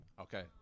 Okay